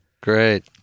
Great